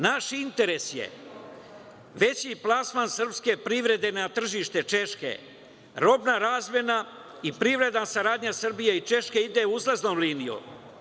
Naš interes je veći plasman srpske privrede na tržište Češke, robna razmena i privredna saradnja Srbije i Češke ide uzlaznom linijom.